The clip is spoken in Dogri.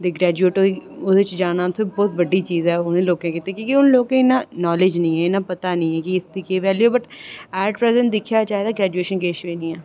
ते ओह् ग्रेजूएट बिच जाना ओह् बहुत बड्डी गल्ल ऐ उनें लोकें लेई की के उनें लोकें गी इन्ना नॉलेज़ निं ऐ इन्ना पता निं ऐ केह् वैल्यु ऐ पर एट प्रेजेंट दिक्खेआ जाए ते ग्रेजूऐशन किश बी निं ऐ